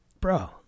bro